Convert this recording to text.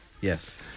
Yes